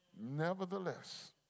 nevertheless